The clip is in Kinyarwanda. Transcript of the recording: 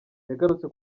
yagarutse